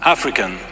African